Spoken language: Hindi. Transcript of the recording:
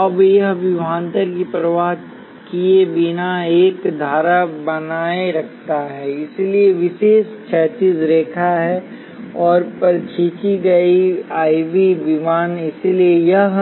अब यह विभवांतर की परवाह किए बिना एक धारा बनाए रखता है इसलिए विशेषता क्षैतिज रेखा है और पर खींची गई है IV विमान इसलिए यह